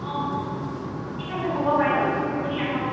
অঁ অঁ ঠিক আছে হ'ব বাইদেউ আপুনি আহক